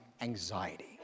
anxiety